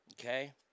Okay